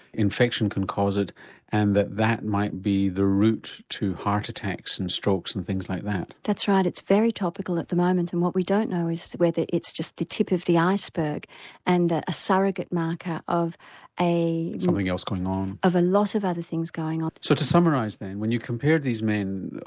infection can cause it and that that might be the route to heart attacks and strokes and things like that. that's right it's very topical at the moment and what we don't know is whether it's just the tip of the iceberg and ah a surrogate marker of norman swan something else going on. of a lot of other things going on. so to summarise then, when you compared these men,